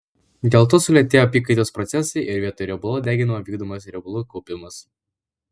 dėl to sulėtėja apykaitos procesai ir vietoj riebalų deginimo vykdomas riebalų kaupimas